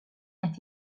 qed